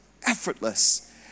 Effortless